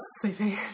sleeping